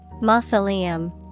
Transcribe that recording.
Mausoleum